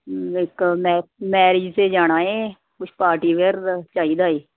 ਹਮ ਇੱਕ ਮੈ ਮੈਰਿਜ 'ਤੇ ਜਾਣਾ ਹੈ ਕੁਛ ਪਾਰਟੀ ਵੇਅਰ ਚਾਹੀਦਾ ਹੈ